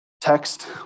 text